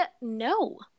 no